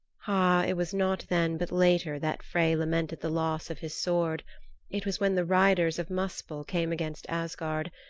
ah, it was not then but later that frey lamented the loss of his sword it was when the riders of muspell came against asgard,